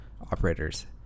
operators